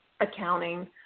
accounting